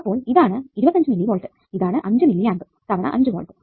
അപ്പോൾ ഇതാണ് 25 millivolt ഇതാണ് 5 മില്ലിആമ്പ് തവണ 5 വോൾട്ട്